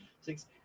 six